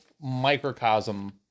microcosm